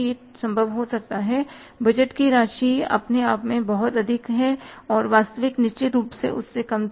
यह संभव हो सकता है कि बजट की राशि अपने आप में बहुत अधिक थी और वास्तविक निश्चित रूप से उससे कम थी